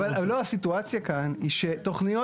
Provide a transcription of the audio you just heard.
אבל מלוא הסיטואציה כאן היא שתכניות,